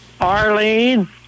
Arlene